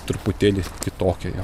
truputėlį kitokie jie